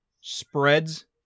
spreads